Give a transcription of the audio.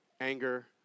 anger